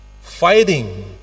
fighting